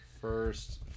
First